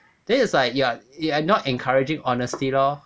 then it's like you are you are not encouraging honesty lor